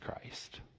Christ